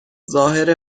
ظاهر